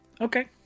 Okay